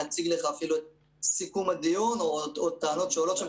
נציג לך את סיכום הדיון או את הטענות שעולות שם,